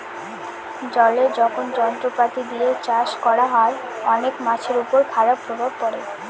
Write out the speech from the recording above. জলে যখন যন্ত্রপাতি দিয়ে চাষ করা হয়, অনেক মাছের উপর খারাপ প্রভাব পড়ে